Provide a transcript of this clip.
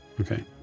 Okay